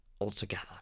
altogether